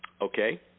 Okay